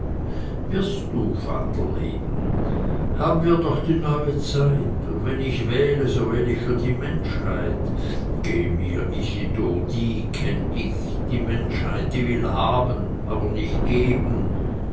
wirst du vaterleben haben wir doch die neue zeit und wenn ich wähle wähl ich für die menschheit geh mir isidor die kenn ich die menschheit die will haben aber nicht geben